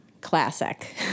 Classic